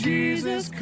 Jesus